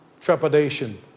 trepidation